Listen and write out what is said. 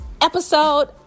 episode